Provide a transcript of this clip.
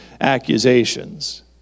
accusations